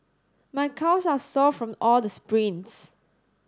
my calves are sore from all the sprints